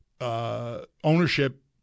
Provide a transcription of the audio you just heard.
Ownership